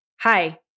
hi